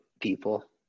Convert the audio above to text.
people